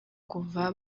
kuva